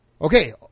Okay